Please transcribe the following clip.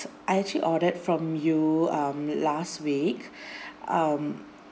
I actually ordered from you um last week um